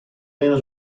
meno